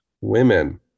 women